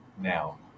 now